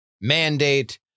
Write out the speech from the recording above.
mandate